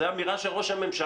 זו אמירה של ראש הממשלה,